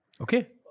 Okay